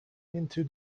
into